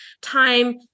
time